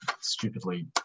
stupidly